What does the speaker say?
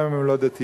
גם אם הם לא דתיים.